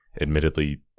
admittedly